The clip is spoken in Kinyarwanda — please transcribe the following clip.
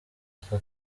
aka